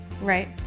Right